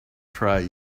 try